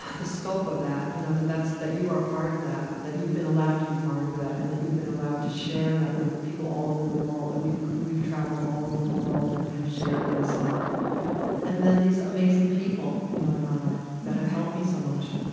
ah the scope of that? you know, that you are part of that, that you've been allowed to be part of that and that you've been allowed to share that with people all over the world, that we've we've traveled all over the world and have shared this, and and then these amazing people, you know, in my life that have helped me so much.